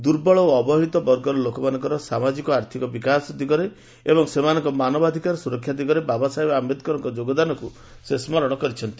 ଦୁର୍ବଳ ଓ ଅବହେଳିତ ବର୍ଗର ଲୋକଙ୍କ ସାମାଜିକ ଓ ଆର୍ଥକ ବିକାଶ ଦିଗରେ ଓ ସେମାନଙ୍କ ମାନବାଧିକାର ସୁରକ୍ଷା ଦିଗରେ ବାବା ସାହେବ ଆମ୍ବେଦକରଙ୍କ ଯୋଗଦାନକୁ ସ୍ମରଣ କରିଛନ୍ତି